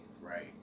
Right